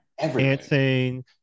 dancing